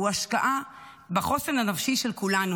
הוא השקעה בחוסן הנפשי של כולנו.